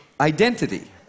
identity